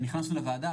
נכנסנו לוועדה,